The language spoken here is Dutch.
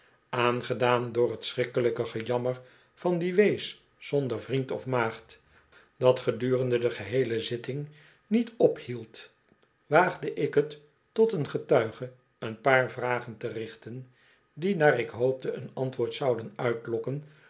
aangedaan door t schrikkelijk gejammer van die wees zonder vriend of maagd dat gedurende de geheele zitting niet ophield waagde ik het tot een getuige een paar vragen te richten die naar ik hoopte een antwoord zouden uitlokken